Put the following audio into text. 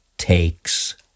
takes